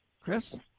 Chris